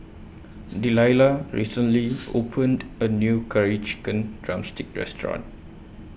Delilah recently opened A New Curry Chicken Drumstick Restaurant